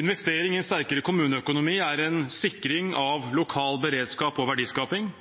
Investering i en sterkere kommuneøkonomi er en sikring av lokal beredskap og verdiskaping,